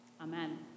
Amen